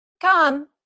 Come